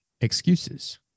excuses